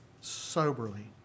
Soberly